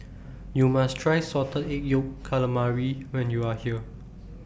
YOU must Try Salted Egg Yolk Calamari when YOU Are here